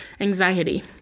anxiety